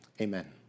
Amen